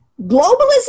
Globalism